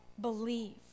Believe